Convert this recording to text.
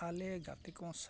ᱟᱞᱮ ᱜᱟᱛᱮ ᱠᱚ ᱥᱟᱶ